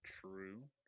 true